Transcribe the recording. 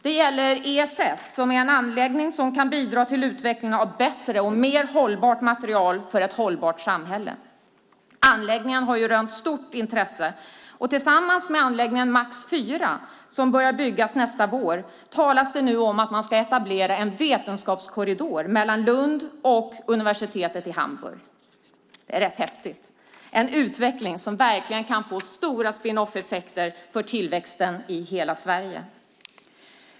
Det gäller ESS som är en anläggning som kan bidra till utvecklingen av bättre och mer hållbara material för ett hållbart samhälle. Anläggningen har rönt stort intresse, och tillsammans med anläggningen Max IV, som börjar byggas nästa vår, talas det nu om ett man ska etablera en "vetenskapskorridor" mellan Lund och universitetet i Hamburg. Det är rätt häftigt - en utveckling som verkligen kan få stora spin-off-effekter för tillväxten i hela Sverige.